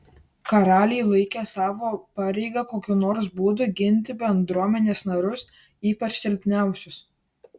karaliai laikė savo pareiga kokiu nors būdu ginti bendruomenės narius ypač silpniausius